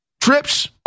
trips